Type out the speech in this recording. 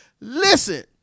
Listen